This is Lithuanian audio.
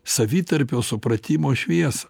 savitarpio supratimo šviesą